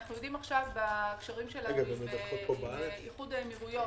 אנו יודעים בהקשרים שלנו עם איחוד האמירויות